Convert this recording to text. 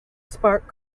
spark